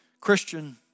Christian